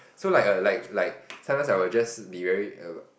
so like a like like sometimes I will just be very